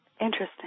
Interesting